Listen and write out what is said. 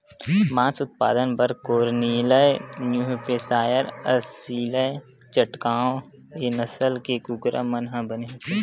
मांस उत्पादन बर कोरनिलए न्यूहेपसायर, असीलए चटगाँव ए नसल के कुकरा मन ह बने होथे